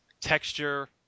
texture